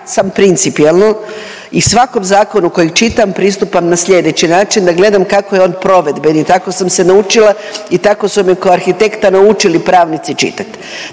sam principijelno i svakom zakonu kojeg čitam pristupam na sljedeći način da gledam kako je on provedbeni. Tako sam se naučila i tako su me kao arhitekta naučili pravnici čitati.